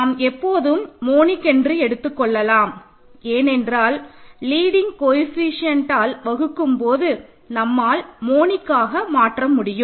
நாம் எப்போதும் மோனிக் என்று எடுத்துக்கொள்ளலாம் ஏனென்றால் லீடிங் கோஏஃபிசிஎன்ட்டால் வகுக்கும் போது நம்மால் மோனிக்காக மாற்ற முடியும்